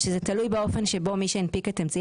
זה תלוי באופן שבו מי שהנפיק את אמצעי